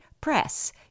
press